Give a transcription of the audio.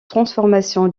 transformation